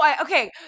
okay